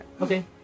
Okay